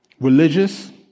Religious